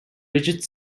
rigid